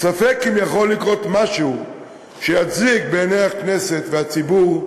ספק אם יכול לקרות משהו שיצדיק בעיני הכנסת והציבור,